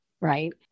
right